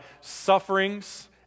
sufferings